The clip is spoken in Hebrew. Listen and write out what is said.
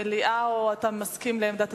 מליאה או ועדה?